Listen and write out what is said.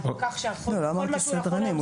לא, לא אמרתי סדרנים.